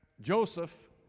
Joseph